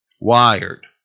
Wired